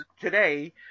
today